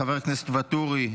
חבר הכנסת ואטורי,